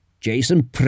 Jason